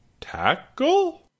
Tackle